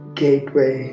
gateway